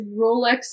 Rolex